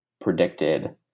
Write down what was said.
predicted